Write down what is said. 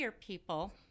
people